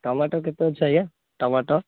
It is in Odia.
ଟମାଟୋ କେତେ ଅଛି ଆଜ୍ଞା ଟମାଟୋ